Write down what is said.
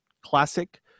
classic